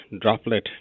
droplet